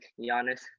Giannis